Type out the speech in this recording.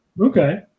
okay